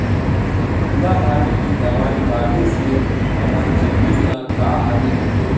किड़ा मारे के दवाई डाले से हमर जमीन ल का हानि होथे?